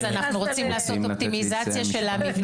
אז אנחנו רוצים לעשות אופטימיזציה של המבנים שכן יש.